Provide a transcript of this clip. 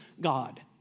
God